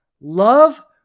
Love